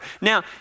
Now